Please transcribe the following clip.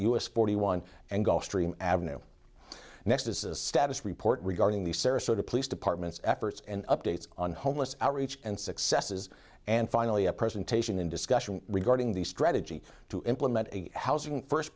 us forty one and gulf stream avenue next is a status report regarding the sarasota police department's efforts and updates on homeless outreach and successes and finally a presentation in discussion regarding the strategy to implement housing first